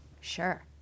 sure